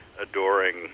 adoring